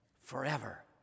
forever